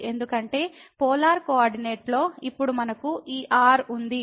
ఎందుకంటే పోలార్ కోఆర్డినేట్లో ఇప్పుడు మనకు ఈ r ఉంది మరియు ఇది మరియు ఇది r